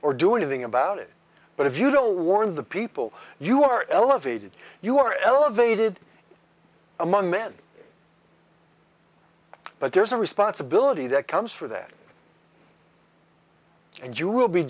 or do anything about it but if you don't warn the people you are elevated you are elevated among men but there's a responsibility that comes for that and you will be